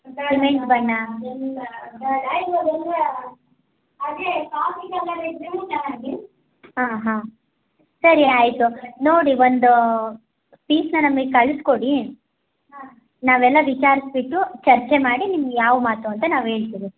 cement ಬಣ್ಣ ಹಾಂ ಹಾಂ ಸರಿ ಆಯಿತು ನೋಡಿ ಒಂದು ಪೀಸನ್ನ ನಮಿಗೆ ಕಳಿಸ್ಕೊಡಿ ನಾವೆಲ್ಲ ವಿಚಾರಿಸ್ಬಿಟ್ಟು ಚರ್ಚೆ ಮಾಡಿ ನಿಮ್ಗೆ ಯಾವ ಮಾತು ಅಂತ ನಾವು ಹೇಳ್ತಿವಿ